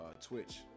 Twitch